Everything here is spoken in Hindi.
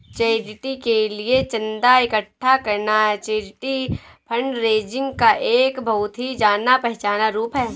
चैरिटी के लिए चंदा इकट्ठा करना चैरिटी फंडरेजिंग का एक बहुत ही जाना पहचाना रूप है